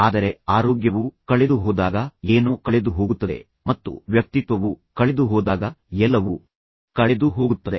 ಆದರೆ ಆರೋಗ್ಯವು ಕಳೆದುಹೋದಾಗ ಏನೋ ಕಳೆದುಹೋಗುತ್ತದೆ ಮತ್ತು ವ್ಯಕ್ತಿತ್ವವು ಕಳೆದುಹೋದಾಗ ಎಲ್ಲವೂ ಕಳೆದುಹೋಗುತ್ತದೆ